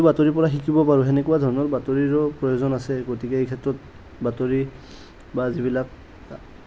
বাতৰিৰ পৰা শিকিব পাৰো তেনে বাতৰিৰো প্ৰয়োজন আছে গতিকে এই ক্ষেত্ৰত বাতৰি বা যিবিলাক